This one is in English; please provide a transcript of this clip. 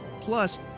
plus